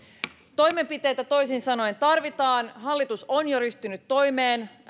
toimenpiteitä toisin sanoen tarvitaan hallitus on jo ryhtynyt toimeen